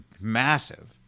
massive